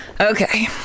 Okay